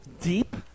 deep